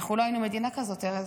אנחנו לא היינו מדינה כזאת, ארז.